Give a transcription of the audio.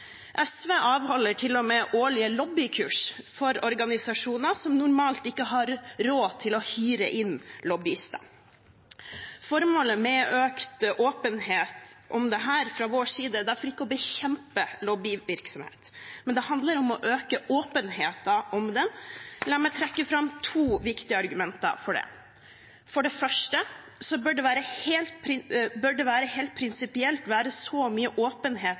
SV avholder til og med årlige lobbykurs for organisasjoner som normalt ikke har råd til å hyre inn lobbyister. Formålet med økt åpenhet om dette fra vår side er derfor ikke å bekjempe lobbyvirksomhet, men det handler om å øke åpenheten om den. La meg trekke fram to viktige argumenter for det. For det første bør det, helt prinsipielt, være så mye åpenhet som mulig om det